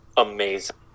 Amazing